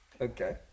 okay